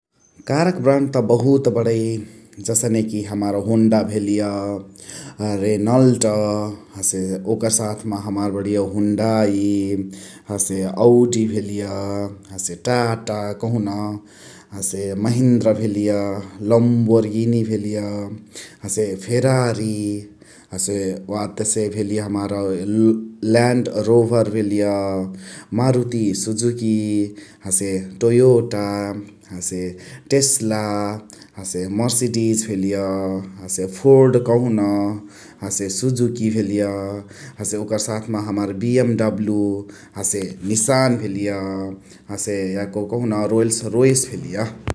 कारक ब्रान्ड त बहुत बणै जसने कि हमार होन्डा भेलिय, रेनल्ट । हसे ओकर साथ म बणिय होन्डाइ । हसे औडी भेलिय, हसे टाटा कहोन । हसे महिन्द्रा भेलिय, लम्बोर्गिनी भेलिय, हसे फेरारी । हसे वातसे भेलिय हमार ल्यान्ड रोभर भेलिय, मारुती सुजुकी । हसे टोयोटा हसे टेस्ला हसे मर्सिडिज भेलिय । हसे फोर्ड कहोन हसे सुजुकी भेलिय हसे ओकर साथ मा हमार बियमडब्लु हसे निसान भेलिय । हसे याको कहोन रोल्स रोएस भेलिय ।